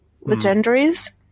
Legendaries